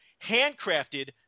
handcrafted